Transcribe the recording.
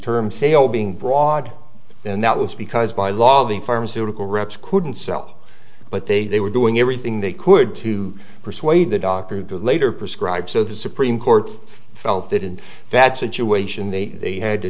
term sale being broad and that was because by law the pharmaceutical reps couldn't sell but they were doing everything they could to persuade the doctor to later prescribe so the supreme court felt that in that situation they had to